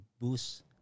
boost